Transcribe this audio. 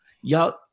Y'all